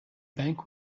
bank